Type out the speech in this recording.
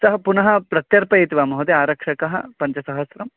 सः पुनः प्रत्यर्पयति वा महोदय आरक्षकः पञ्च सहस्त्रम्